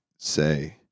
say